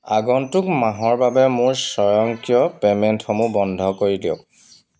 আগন্তুক মাহৰ বাবে মোৰ স্বয়ংক্ৰিয় পে'মেণ্টসমূহ বন্ধ কৰি দিয়ক